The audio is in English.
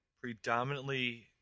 predominantly